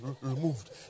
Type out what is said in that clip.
removed